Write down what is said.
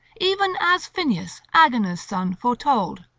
even as phineus, agenor's son, foretold.